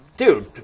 Dude